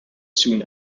soon